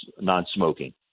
non-smoking